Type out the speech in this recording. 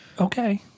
okay